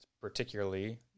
particularly